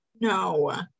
no